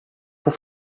por